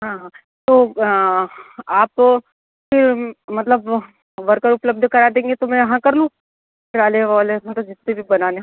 हाँ हाँ तो आप मतलब वर्कर उपलब्ध करा देंगे तो मैं हाँ कर लूँ ट्रोले वोले मतलब जितने भी बनाने